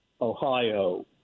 Ohio